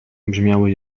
brzmiały